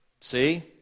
See